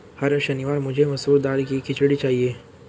हर शनिवार मुझे मसूर दाल की खिचड़ी चाहिए